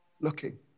looking